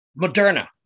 Moderna